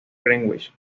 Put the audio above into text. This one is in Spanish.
greenwich